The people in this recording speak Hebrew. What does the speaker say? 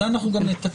את זה אנחנו גם נתקן.